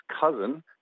cousin